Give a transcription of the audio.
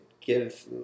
give